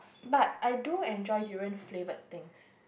but I do enjoy durian flavour things